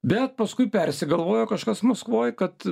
bet paskui persigalvojo kažkas maskvoj kad